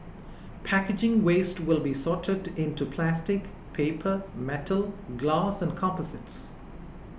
packaging waste will be sorted into plastic paper metal glass and composites